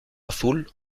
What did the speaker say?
azul